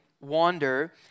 wander